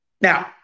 Now